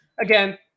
Again